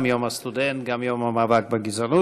גם יום הסטודנט, גם יום המאבק בגזענות.